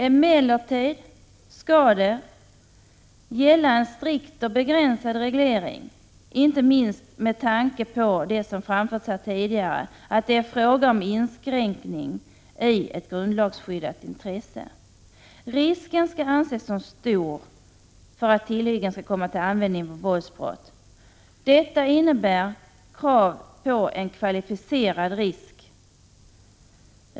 Emellertid skall en strikt och begränsad reglering gälla, inte minst med tanke på att det är fråga om inskräkning i ett grundlagsskyddat intresse, vilket framförts här tidigare. Risken skall anses som stor för att tillhyggen skall komma till användning vid våldsbrott. Detta innebär krav på en kvalificerad risk.